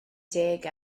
deg